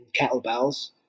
kettlebells